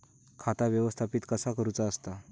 खाता व्यवस्थापित कसा करुचा असता?